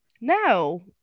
No